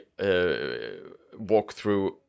walkthrough